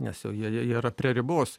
nes jau jie jie jie yra prie ribos